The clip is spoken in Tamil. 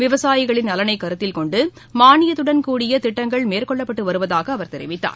விவசாயிகளின் நலனை கருத்தில்கொண்டு மாளியத்துடன் கூடிய திட்டங்கள் மேற்கொள்ளப்பட்டு வருவதாக அவர் தெரிவித்தார்